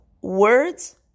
words